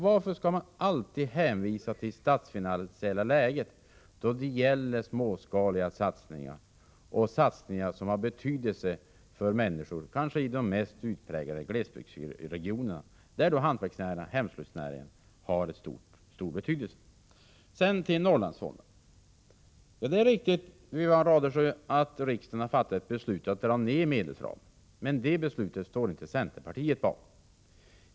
Varför skall man alltid hänvisa till det statsfinansiella läget då det gäller småskaliga satsningar, som har betydelse för människor bl.a. i de mest utpräglade glesbygdsregionerna, där hantverksnäringen och hemslöjdsnäringen är av stor betydelse? Sedan till Norrlandsfonden. Det är riktigt, Wivi-Anne Radesjö, att riksdagen har fattat beslut om att dra ner medelsramen, men det beslutet står inte centerpartiet bakom.